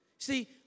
See